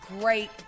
great